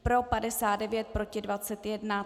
Pro 59, proti 21.